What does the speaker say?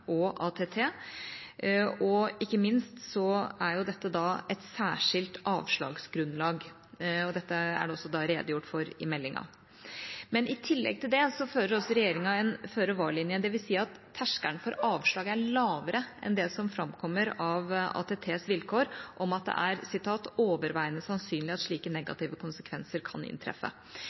og ATT, og ikke minst er jo dette da et særskilt avslagsgrunnlag. Dette er det også redegjort for i meldinga. I tillegg til det fører også regjeringa en føre-var-linje. Det vil si at terskelen for avslag er lavere enn det som framkommer av ATTs vilkår, om at det er «overveiende sannsynlig at slike negative konsekvenser kan inntreffe».